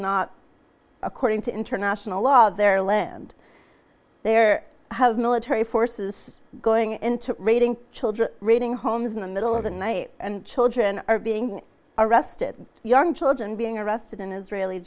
not according to international law their land their military forces going into raiding children raiding homes in the middle of the night and children are being arrested young children being arrested in israeli